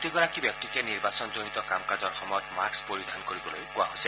প্ৰতিগৰাকী ব্যক্তিকে নিৰ্বাচনজনিত কাম কাজৰ সময়ত মাস্ক পৰিধান কৰিবলৈ কোৱা হৈছে